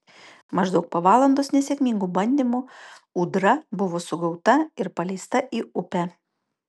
maždaug po valandos nesėkmingų bandymų ūdra buvo sugauta ir paleista į upę